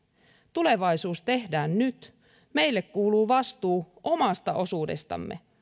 tulevaisuus tehdään nyt meille kuuluu vastuu omasta osuudestamme